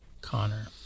Connor